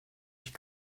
ich